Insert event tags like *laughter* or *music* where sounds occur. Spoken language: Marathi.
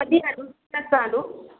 कधी आणू *unintelligible*